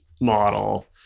model